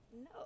No